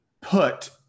put